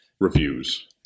reviews